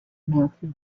matthew